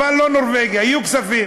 אבל לא נורבגיה, יהיו כספים,